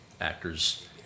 actors